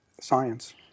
science